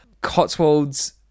Cotswolds